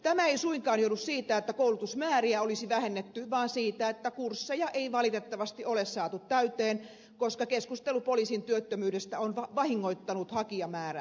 tämä ei suinkaan johdu siitä että koulutusmääriä olisi vähennetty vaan siitä että kursseja ei valitettavasti ole saatu täyteen koska keskustelu poliisin työttömyydestä on vahingoittanut hakijamäärää